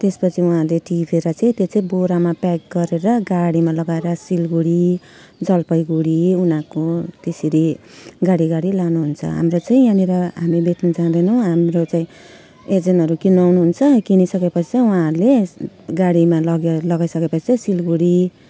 त्यसपछि उहाँहरूले टिपेर चाहिँ त्यो चाहिँ बोरामा प्याक गरेर गाडीमा लगाएर सिलगढी जलपाइगुडी उनीहरूको त्यसरी गाडी गाडी लानुहुन्छ हाम्रो चाहिँ यहाँनिर हामी बेच्नु जाँदैनौँ हाम्रो चाहिँ एजेन्टहरू किन्नु आउनुहुन्छ किनिसकेपछि चाहिँ उहाँहरूले गाडीमा लगेर लगाइसकेपछि चाहिँ सिलगढी